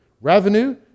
Revenue